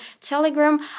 Telegram